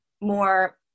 more